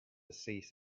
cease